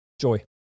Joy